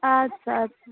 اَدٕ سا اَدٕ سا